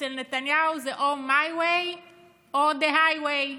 אצל נתניהו זה: או my way או the highway.